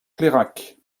clairac